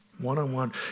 one-on-one